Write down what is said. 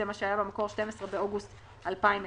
זה מה שהיה במקור 12 באוגוסט 2021